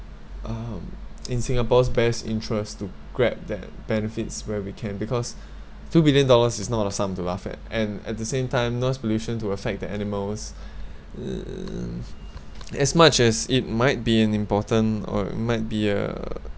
um in singapore's best interest to grab that benefits where we can because two billion dollars is not a sum to laugh at and at the same time noise pollution to affect the animals as much as it might be an important or it might be a